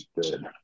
good